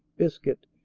biscuit,